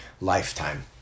lifetime